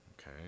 Okay